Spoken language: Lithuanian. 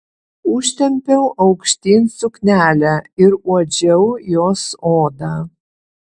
užtempiau aukštyn suknelę ir uodžiau jos odą